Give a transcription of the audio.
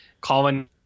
colin